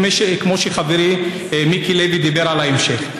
כמו שחברי מיקי לוי דיבר על ההמשך.